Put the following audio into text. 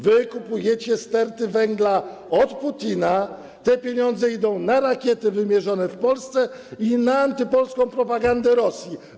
Wy kupujecie sterty węgla od Putina, a te pieniądze idą na rakiety wymierzone w Polskę i na antypolską propagandę Rosji.